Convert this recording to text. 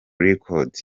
records